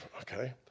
Okay